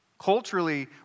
Culturally